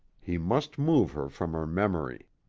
he must move her from her memory.